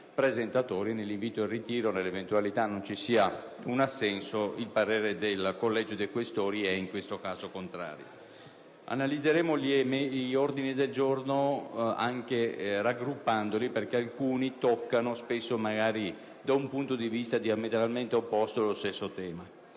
specifico dell'invito al ritiro, nell'eventualità non vi fosse tale assenso, il parere del Collegio dei Questori è da ritenersi contrario. Analizzeremo gli ordini del giorno anche raggruppandoli, perché alcuni spesso toccano, sia pure da un punto di vista diametralmente opposto, lo stesso tema.